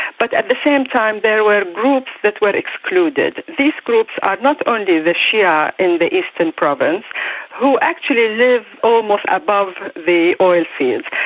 but at the same time there were groups that were excluded. these groups are not only the shia in the eastern province who actually live almost above the oil fields,